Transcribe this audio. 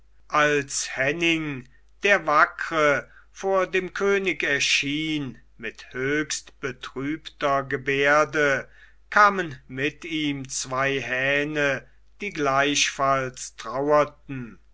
als henning der wackre vor dem könig erschien mit höchstbetrübter gebärde kamen mit ihm zwei hähne die gleichfalls trauerten